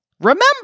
remember